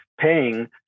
paying